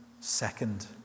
second